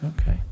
Okay